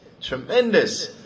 Tremendous